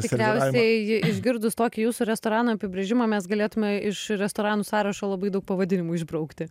tikriausiai išgirdus tokį jūsų restorano apibrėžimą mes galėtume iš restoranų sąrašo labai daug pavadinimų išbraukti